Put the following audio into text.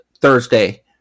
Thursday